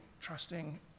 trusting